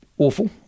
Awful